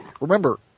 Remember